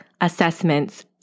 assessments